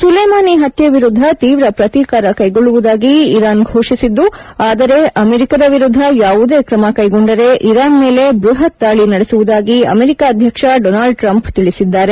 Soleimani ಪತ್ತೆ ವಿರುದ್ಧ ತೀವ್ರ ಪ್ರತಿಕಾರ ಕೈಗೊಳ್ಳುವುದಾಗಿ ಇರಾನ್ ಘೋಷಿಸಿದ್ದು ಆದರೆ ಅಮೆರಿಕದ ವಿರುದ್ಧ ಯಾವುದೇ ಕ್ರಮ ಕೈಗೊಂಡರೆ ಇರಾನ್ ಮೇಲೆ ಬೃಹತ್ ದಾಳಿ ನಡೆಸುವುದಾಗಿ ಅಮೆರಿಕ ಅಧ್ವಕ್ಷ ಡೊನಾಲ್ಡ್ ಟ್ರಂಪ್ ತಿಳಿಸಿದ್ದಾರೆ